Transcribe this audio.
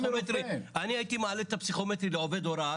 אני הייתי מעלה את הפסיכומטרי לעובד הוראה,